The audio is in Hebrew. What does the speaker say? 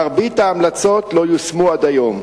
מרבית ההמלצות לא יושמו עד היום.